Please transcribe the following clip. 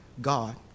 God